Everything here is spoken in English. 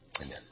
Amen